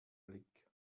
blick